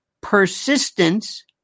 persistence